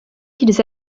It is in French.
qu’ils